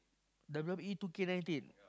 W_W_E two K Nineteen